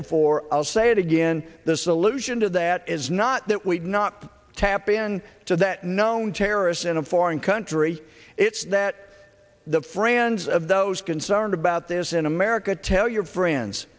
before i'll say it again the solution to that is not that we not tap in to that known terrorist in a foreign country it's that the friends of those concerned about this in america tell your friends